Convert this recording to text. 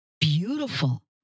beautiful